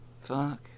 Fuck